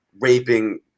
raping